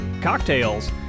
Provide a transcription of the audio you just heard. cocktails